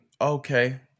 okay